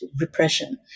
repression